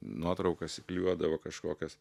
nuotraukas įklijuodavo kažkokias